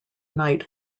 night